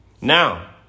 Now